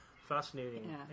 fascinating